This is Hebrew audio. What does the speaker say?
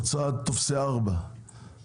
הוצאת טפסי 4. האם